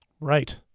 Right